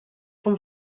from